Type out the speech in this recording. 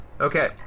Okay